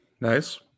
nice